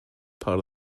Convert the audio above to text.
part